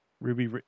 Ruby